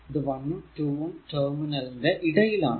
ഇത് 1 ഉം 2 ഉം ടെർമിനൽ ന്റെ ഇടയിൽ ആണ്